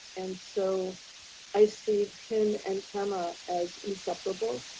and so i see tim and temma as inseparable